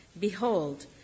Behold